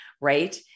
right